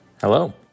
Hello